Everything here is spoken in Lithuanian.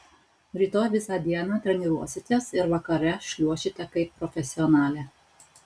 rytoj visą dieną treniruositės ir vakare šliuošite kaip profesionalė